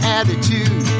attitude